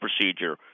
procedure